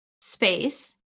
space